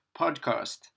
podcast